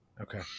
Okay